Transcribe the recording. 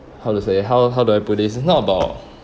how to say how how do I put this it's not about